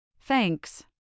Thanks